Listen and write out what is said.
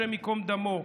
השם ייקום דמו,